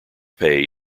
pay